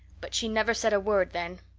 but she never said a word then.